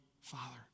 Father